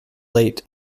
late